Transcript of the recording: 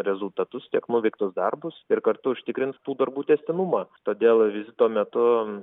rezultatus tiek nuveiktus darbus ir kartu užtikrins tų darbų tęstinumą todėl vizito metu